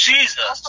Jesus